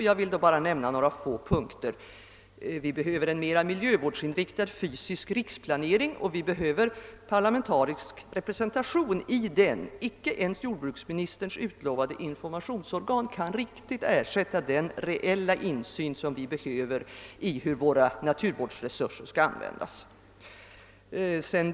Jag vill i detta sammanhang bara ta upp några få punkter. Vi behöver en mera miljövårdsinriktad fysisk riksplanering och parlamentarisk representation i denna. Icke ens jordbruksministerns utlovade informationsorgan kan riktigt ersätta den reella insyn som behövs i fråga om användningen av våra naturresurser.